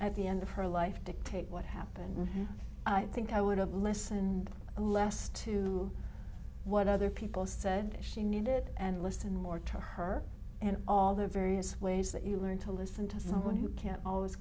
at the end of her life dictate what happened i think i would have less and less to what other people said she needed and listened more to her and all the various ways that you learn to listen to someone who can't always